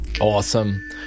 awesome